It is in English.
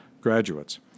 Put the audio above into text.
graduates